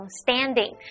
standing